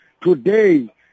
Today